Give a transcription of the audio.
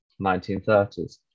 1930s